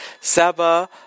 Saba